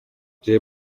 jay